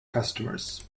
customers